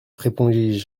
répondis